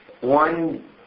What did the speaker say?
one